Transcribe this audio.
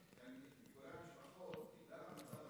גם המשפחות, גם את ביקורי המשפחות אסרתם,